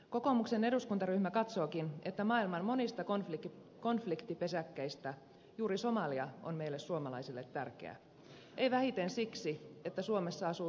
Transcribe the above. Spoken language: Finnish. kokoomuksen eduskuntaryhmä katsookin että maailman monista konfliktipesäkkeistä juuri somalia on meille suomalaisille tärkeä ei vähiten siksi että suomessa asuu